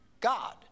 God